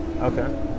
Okay